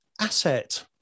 asset